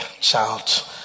child